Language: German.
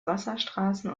wasserstraßen